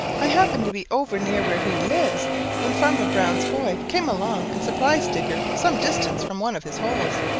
i happened to be over near where he lives when farmer brown's boy came along and surprised digger some distance from one of his holes.